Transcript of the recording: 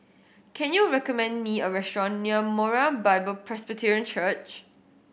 can you recommend me a restaurant near Moriah Bible Presby Church